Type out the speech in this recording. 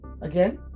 Again